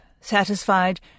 satisfied